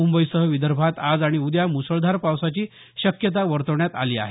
मुंबईसह विदर्भात आज आणि उद्या मुसळधार पावसाची शक्यता वर्तवण्यात आली आहे